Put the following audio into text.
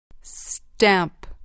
Stamp